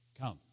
Come